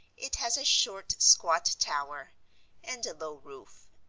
it has a short, squat tower and a low roof,